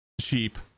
cheap